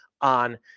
on